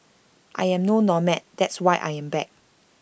I am no nomad that's why I am back